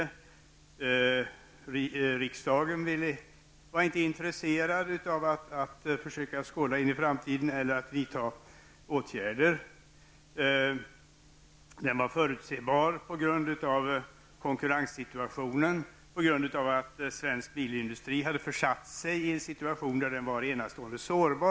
Men riksdagen var inte intresserad av att försöka skåda in i framtiden eller att vidta åtgärder. Krisen var förutsebar på grund av konkurrenssituationen och på grund av att svensk bilindustri hade försatt sig i ett läge där den var enastående sårbar.